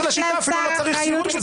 יש לשר אחריות.